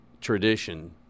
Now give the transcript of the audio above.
tradition